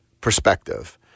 perspective